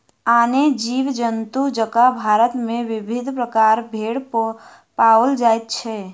आने जीव जन्तु जकाँ भारत मे विविध प्रकारक भेंड़ पाओल जाइत छै